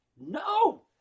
No